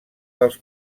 dels